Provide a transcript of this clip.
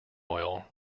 oil